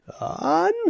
on